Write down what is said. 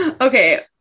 Okay